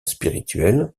spirituel